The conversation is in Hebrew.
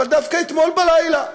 אבל דווקא אתמול בלילה,